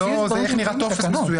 איתן, זאת נקודה חכמה.